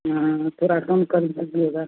हाँ थोड़ा कम कर दीजिएगा